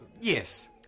yes